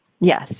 Yes